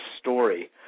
story